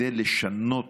כדי לשנות